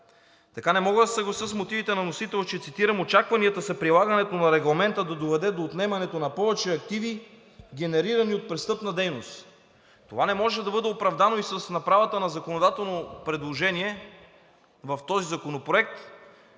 Така не мога да се съглася с мотивите на вносителя, че, цитирам: „Очакванията са прилагането на Регламента да доведе до отнемането на повече активи, генерирани от престъпна дейност.“ Това не може да бъде оправдано и с направата на законодателно предложение в този законопроект